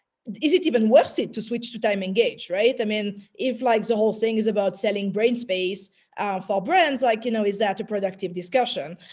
is it even worth it to switch to time engaged, right? i mean, if, like, the whole thing is about selling brain space for brands like, you know, is that a productive discussion?